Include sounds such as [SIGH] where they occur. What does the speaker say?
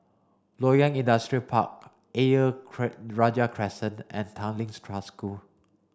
Loyang Industrial Park Ayer [UNINTELLIGIBLE] Rajah Crescent and Tanglin [UNINTELLIGIBLE] Trust School